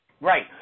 Right